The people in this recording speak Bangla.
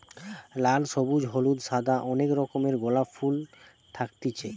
লাল, সবুজ, হলুদ, সাদা অনেক রকমের গোলাপ ফুল থাকতিছে